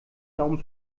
daumen